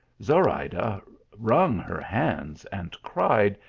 zorayda wrung her hands and cried,